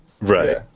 Right